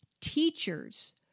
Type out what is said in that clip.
teachers